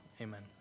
Amen